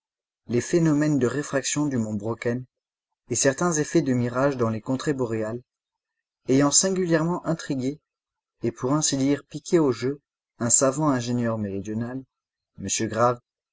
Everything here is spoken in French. les phénomènes de réfraction du mont brocken et certains effets de mirage dans les contrées boréales ayant singulièrement intrigué et pour ainsi dire piqué au jeu un savant ingénieur méridional m grave